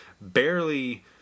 barely